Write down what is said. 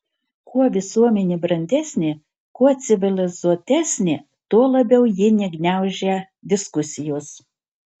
kuo visuomenė brandesnė kuo civilizuotesnė tuo labiau ji negniaužia diskusijos